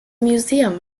museum